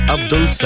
Abdul